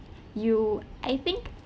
you I think